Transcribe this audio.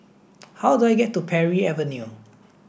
how do I get to Parry Avenue